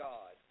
God